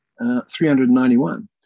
391